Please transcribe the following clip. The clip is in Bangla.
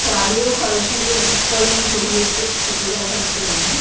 চারু ও কারুশিল্প উৎপাদনের পরিবেশকে স্থিতি রাখার জন্য